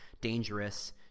dangerous